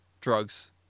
Drugs